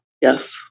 yes